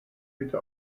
bitte